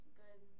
good